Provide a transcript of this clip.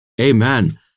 Amen